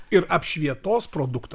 ir apšvietos produktą